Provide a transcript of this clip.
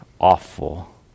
awful